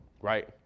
Right